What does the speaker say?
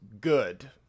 good